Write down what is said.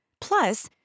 Plus